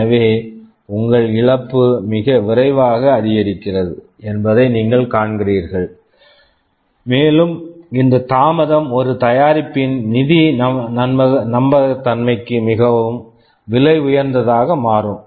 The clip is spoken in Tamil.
எனவே உங்கள் இழப்பு மிக விரைவாக அதிகரிக்கிறது என்பதை நீங்கள் காண்கிறீர்கள் மேலும் இந்த தாமதம் ஒரு தயாரிப்பின் நிதி நம்பகத்தன்மைக்கு மிகவும் விலை உயர்ந்ததாக மாறும்